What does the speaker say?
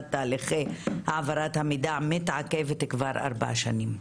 תהליכי העברת המידע מתעכבת כבר ארבע שנים.